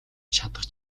чадах